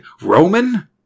roman